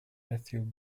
matthew